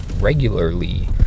Regularly